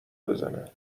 بزنه